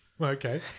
Okay